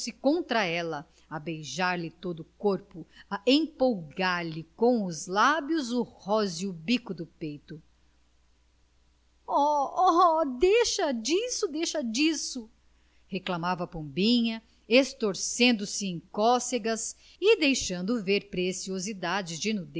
contra ela a beijar-lhe todo o corpo a empolgar lhe com os lábios o róseo bico do peito oh oh deixa disso deixa disso reclamava pombinha estorcendo se em cócegas e deixando ver preciosidades de